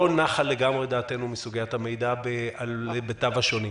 נחה לגמרי דעתנו מסוגיית המידע על היבטיו השונים.